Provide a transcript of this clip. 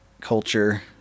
culture